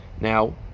now